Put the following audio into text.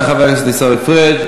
תודה רבה לחבר הכנסת עיסאווי פריג'.